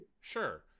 sure